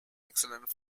excellent